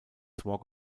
walk